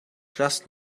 just